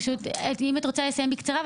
פשוט אם את רוצה לסיים בקצרה,